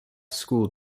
school